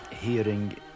hearing